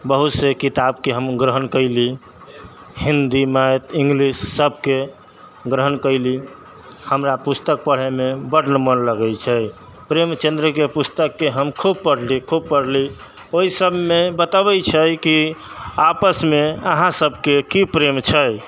बहुत से किताब के हम ग्रहण कयली हिंदी मे इंग्लिश सबके ग्रहण कयली हमरा पुस्तक पढ़य मे बड मोन लगय छै प्रेमचंद्र के पुस्तक के हम खूब पढ़ली खूब पढ़ली ओहि सबमे बतबै छै कि आपस मे अहाँ सबके की प्रेम छै